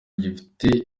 gifite